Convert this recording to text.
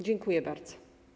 Dziękuję bardzo.